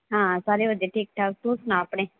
ਹਾਂ ਸਾਰੇ ਵਧੀਆ ਠੀਕ ਠਾਕ ਤੂੰ ਸੁਣਾ ਆਪਣੇ